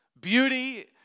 Beauty